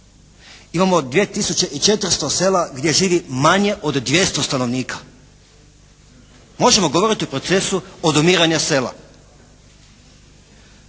i 400 sela gdje živi manje od 200 stanovnika. Možemo govoriti o procesu odumiranja sela.